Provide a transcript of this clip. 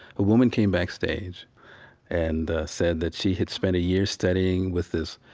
a woman came backstage and said that she had spent a year studying with this